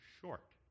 short